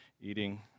eating